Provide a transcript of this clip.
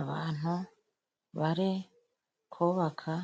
Abantu bari kubaka